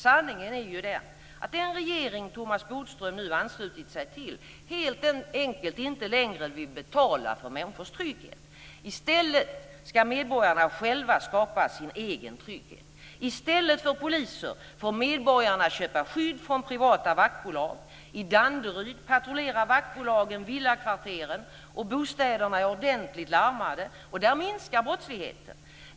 Sanningen är den att den regering som Thomas Bodström nu anslutit sig till helt enkelt inte längre vill betala för människors trygghet. I stället ska medborgarna själva skapa sig sin egen trygghet. I stället för poliser får medborgarna köpa skydd från privata vaktbolag. I Danderyd patrullerar vaktbolagen villakvarteren och bostäderna är ordentligt larmade, och där minskar brottsligheten.